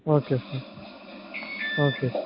okay sir okay